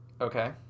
Okay